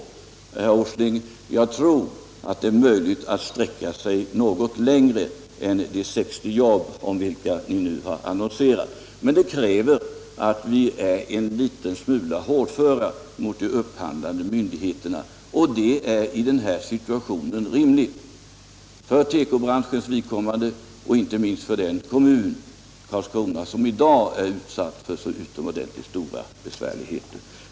Jag tror, herr Åsling, att det är möjligt att sträcka sig något längre än till de 60 jobb om vilka ni nu har annonserat. Men det kräver att vi är en liten smula hårdföra mot de upphandlande myndigheterna. Och det är i den här situationen rimligt för tekobranschens vidkommande och inte minst för den kommun — Karlskrona — som i dag är utsatt för så utomordentligt stora besvärligheter.